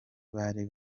bari